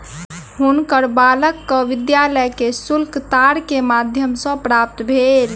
हुनकर बालकक विद्यालय के शुल्क तार के माध्यम सॅ प्राप्त भेल